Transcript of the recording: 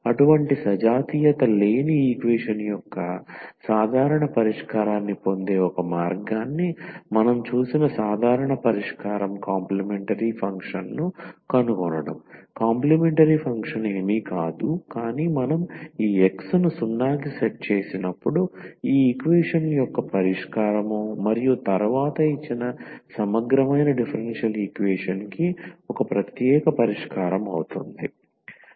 అటువంటి సజాతీయత లేని ఈక్వేషన్ యొక్క సాధారణ పరిష్కారాన్ని పొందే ఒక మార్గాన్ని మనం చూసిన సాధారణ పరిష్కారం కాంప్లిమెంటరీ ఫంక్షన్ను కనుగొనడం కాంప్లిమెంటరీ ఫంక్షన్ ఏమీ కాదు కానీ మనం ఈ X ను 0 కి సెట్ చేసినప్పుడు ఈ ఈక్వేషన్ యొక్క పరిష్కారం మరియు తరువాత ఇచ్చిన సమగ్రమైన డిఫరెన్షియల్ ఈక్వేషన్ కి ఒక ప్రత్యేక పరిష్కారం అవుతుంది